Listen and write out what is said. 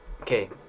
okay